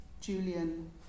Julian